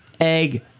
Egg